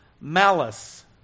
malice